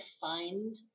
find